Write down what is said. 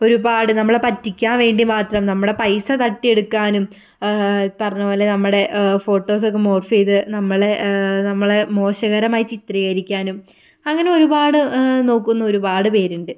ഒരുപാട് നമ്മളെ പറ്റിക്കാൻ വേണ്ടി മാത്രം നമ്മുടെ പൈസ തട്ടിയെടുക്കാനും ഈ പറഞ്ഞതു പോലെ നമ്മുടെ ഫോട്ടോസ് ഒക്കെ മോർഫ് ചെയ്ത് നമ്മളെ നമ്മളെ മോശകരമായി ചിത്രീകരിക്കാനും അങ്ങനെ ഒരുപാട് നോക്കുന്ന ഒരുപാട് പേരുണ്ട്